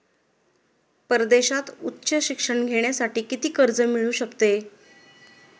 परदेशात उच्च शिक्षण घेण्यासाठी किती कर्ज मिळू शकते?